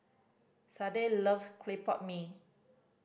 Sade loves clay pot mee